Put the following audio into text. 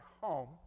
home